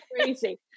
crazy